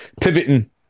pivoting